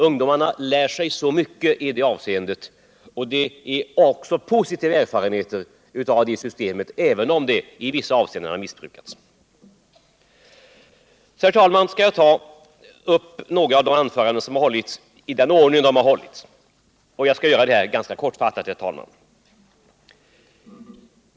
Ungdomarna lär sig mycket i föreningslivet, och systemet ger positiva erfarenheter, även om det i viss mån missbrukats. Herr talman! Vidare skall jag kortfattat ta upp några anföranden i den ordning de hållits.